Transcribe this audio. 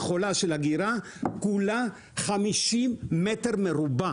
למכולה של אגירה אתה צריך 50 מטר מרובע.